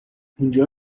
اونجا